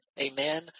Amen